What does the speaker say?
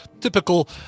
typical